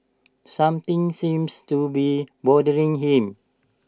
something seems to be bothering him